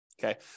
Okay